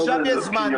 עכשיו יש זמן,